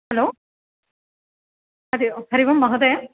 hello Hari Om Hari Om महोदय